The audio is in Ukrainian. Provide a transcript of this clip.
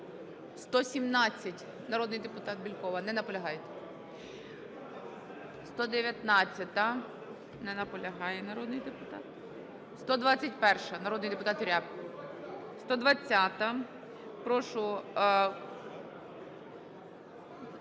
117, народний депутат Бєлькова. Не наполягаєте? 119-а. Не наполягає народний депутат. 121-а, народний депутат Рябчин… 120-а. Прошу...